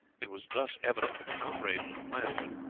it was thus evident that the outrage was a planned one.